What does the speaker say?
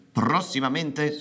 prossimamente